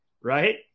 right